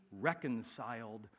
reconciled